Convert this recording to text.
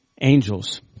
angels